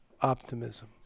optimism